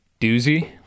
doozy